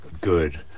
good